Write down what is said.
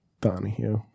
Donahue